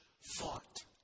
fought